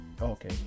Okay